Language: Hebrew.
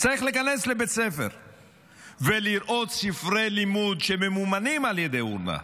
צריך להיכנס לבית ספר ולראות ספרי לימוד שממומנים על ידי אונר"א